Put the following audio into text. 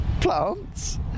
Plants